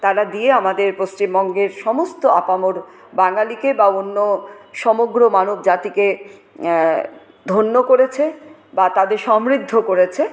তারা দিয়ে আমাদের পশ্চিমবঙ্গের সমস্ত আপামোর বাঙালিকে বা অন্য সমগ্র মানবজাতিকে ধন্য করেছে বা তাদের সমৃদ্ধ করেছে